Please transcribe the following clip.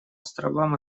островам